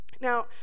Now